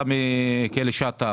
להוציא היתרים לאנשים לקנות אקדחים,